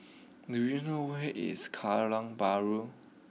do you know where is Kallang Bahru